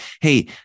hey